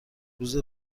روز